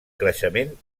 creixement